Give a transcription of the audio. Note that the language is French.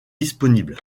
disponible